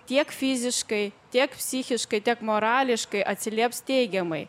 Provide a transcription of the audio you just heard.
tiek fiziškai tiek psichiškai tiek morališkai atsilieps teigiamai